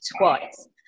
twice